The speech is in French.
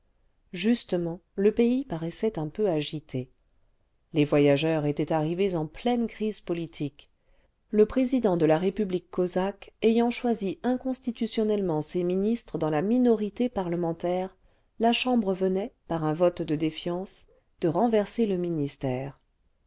justement le pays paraissait un peu agité les voyageurs étaient arrivés en pleine crise politique le président de la république cosaque ayant choisi inconstitutionnellement ses ministres dans la minorité parlementaire la chambre venait par un vote de défiance de renverser le ministère